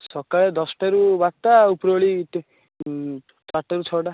ସକାଳେ ଦାଶଟା ରୁ ବାରଟା ଆଉ ଉପରବେଳା ଚାରିଟା ରୁ ଛଅଟା